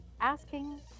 asking